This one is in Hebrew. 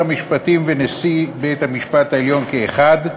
המשפטים ונשיא בית-המשפט העליון כאחד.